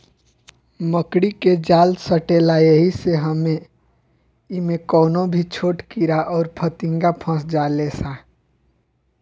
मकड़ी के जाल सटेला ऐही से इमे कवनो भी छोट कीड़ा अउर फतीनगा फस जाले सा